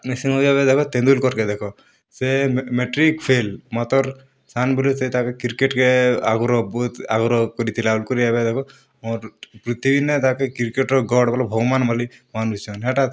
ଦେଖ ତେନ୍ଦୁଲକର୍ କେ ଦେଖ ସେ ମେଟ୍ରିକ୍ ଫେଲ୍ ମାତର୍ ସାନ୍ ବୋଲି ସେ ତା'ର୍ କ୍ରିକେଟ୍ କେ ଆଗ୍ରହ ବହୁତ୍ ଆଗ୍ରହ କରିଥିଲା ଆଗ୍ରୁ ଏବେ ଦେଖ ମୋର୍ ପୃଥିବୀନେ ତା'କେ କ୍ରିକେଟ୍ ର ଗଡ଼୍ ମାନେ ଭଗବାନ୍ ବୋଲି ମାନୁଛନ୍ ହେଟା ତ